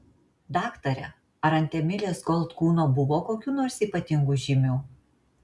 daktare ar ant emilės gold kūno buvo kokių nors ypatingų žymių